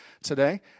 Today